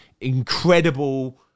incredible